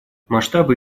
масштабы